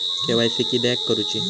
KYC किदयाक करूची?